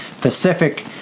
Pacific